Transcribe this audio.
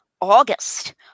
August